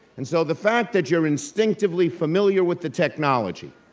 and so, the fact that you're instinctively familiar with the technology,